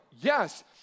Yes